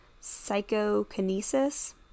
psychokinesis